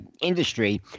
industry